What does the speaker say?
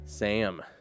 Sam